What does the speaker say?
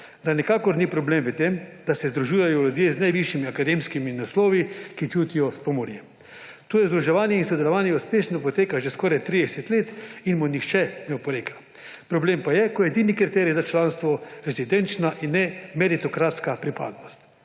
da nikakor ni problem v tem, da se združujejo ljudje z najvišjimi akademskimi naslovi, ki čutijo s Pomurjem. To združevanje in sodelovanje uspešno poteka že skoraj 30 let in mu nihče ne oporeka. Problem pa je, ko je edini kriterij za članstvo rezidenčna in ne meritokratska pripadnost.